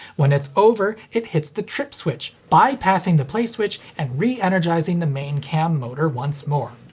when it's over, it hits the trip switch, bypassing the play switch and re-energizing the main cam motor once more.